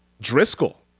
Driscoll